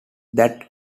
that